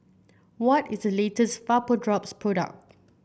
what is the latest Vapodrops Product